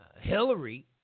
Hillary